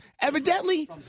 evidently